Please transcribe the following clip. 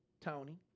Tony